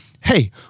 hey